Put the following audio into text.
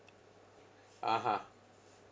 (uh huh)